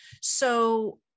So-